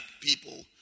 people